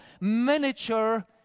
miniature